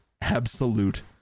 absolute